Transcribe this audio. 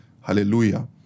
hallelujah